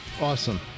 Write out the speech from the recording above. Awesome